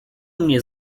mnie